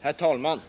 Herr talman!